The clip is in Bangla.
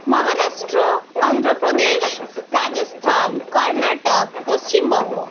মাহারাষ্ট্র অন্ধ্রপ্রদেশ রাজস্থান কর্ণাটক পশ্চিমবঙ্গ